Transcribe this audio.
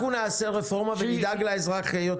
אנחנו נעשה רפורמה ונדאג לאזרח יותר מכולם.